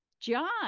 John